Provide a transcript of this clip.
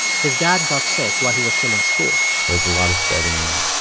his dad got sick while he was still in school it was a lot of studying,